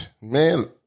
man